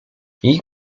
ich